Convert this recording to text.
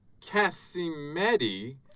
Cassimetti